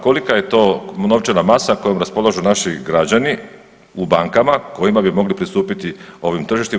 Kolika je to novčana masa kojom raspolažu naši građani u bankama, kojima bi mogli pristupiti ovim tržištima?